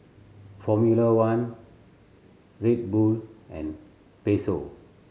Formula One Red Bull and Pezzo